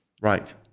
right